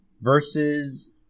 versus